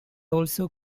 also